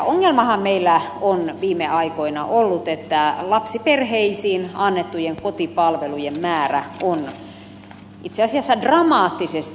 ongelmanahan meillä on viime aikoina ollut että lapsiperheisiin annettujen kotipalvelujen määrä on itse asiassa dramaattisesti vähentynyt